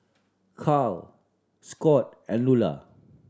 Cael Scott and Lula